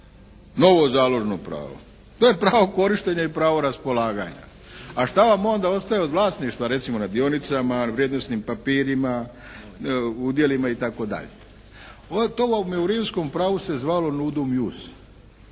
novo založno pravo. To je pravo korištenja i pravo raspolaganja. A šta vam onda ostaje od vlasništva recimo na dionicama, vrijednosnim papirima, udjelima itd. To vam je u Rimskom pravu se zvalo “nudum ius“